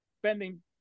spending